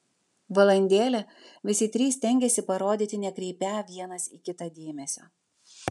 valandėlę visi trys stengėsi parodyti nekreipią vienas į kitą dėmesio